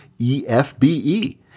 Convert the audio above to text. EFBE